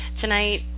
Tonight